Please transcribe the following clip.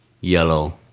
yellow